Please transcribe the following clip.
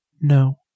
No